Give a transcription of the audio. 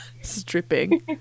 stripping